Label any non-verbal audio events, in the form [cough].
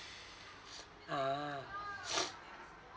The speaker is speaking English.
ah [noise]